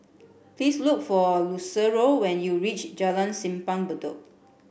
please look for Lucero when you reach Jalan Simpang Bedok